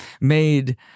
made